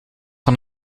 van